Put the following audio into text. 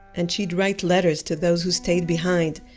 and she'd write letters to those who stayed behind.